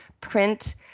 print